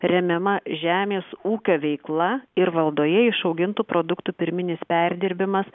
remiama žemės ūkio veikla ir valdoje išaugintų produktų pirminis perdirbimas